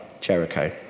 Jericho